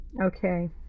Okay